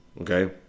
Okay